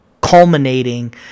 culminating